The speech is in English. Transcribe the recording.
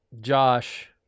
Josh